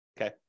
okay